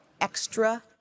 extra